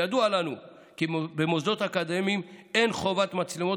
ידוע לנו כי במוסדות אקדמיים אין חובת מצלמות